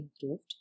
improved